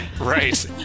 Right